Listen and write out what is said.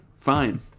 fine